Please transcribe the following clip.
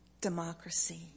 Democracy